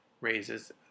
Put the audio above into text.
raises